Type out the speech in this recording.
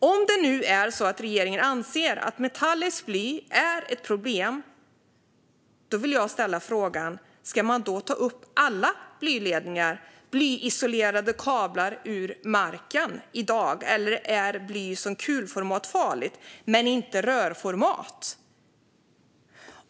Om det nu är så att regeringen anser att metalliskt bly är ett problem vill jag ställa frågan om man ska ta upp alla blyledningar och blyisolerade kablar som finns i marken i dag. Eller är bly farligt i kulform men inte i rörform?